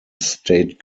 state